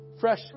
fresh